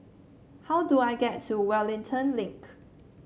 how do I get to Wellington Link